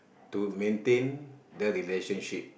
to maintain the relationship